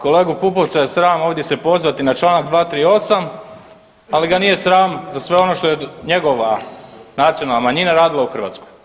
Kolegu Pupovca je sram ovdje se pozvati na Članak 238., ali ga nije sram za sve ono što je njegova nacionalna manjina radila u Hrvatskoj.